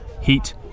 heat